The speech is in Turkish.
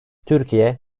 türkiye